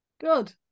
Good